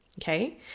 Okay